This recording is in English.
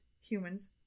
humans